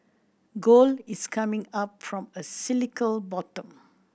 gold is coming up from a cyclical bottom